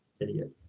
idiot